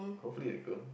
hopefully they go